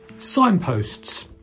Signposts